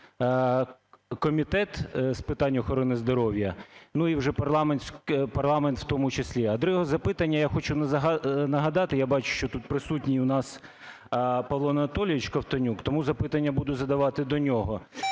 Комітет з питань охорони здоров'я, ну і вже парламент у тому числі? А друге запитання. Я хочу нагадати, я бачу, що тут присутній у нас Павло Анатолійович Ковтонюк, тому запитання буду задавати до нього.